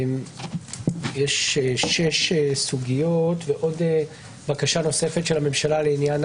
יש שש סוגיות ועוד בקשה נוספת של הממשלה לעניין